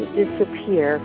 disappear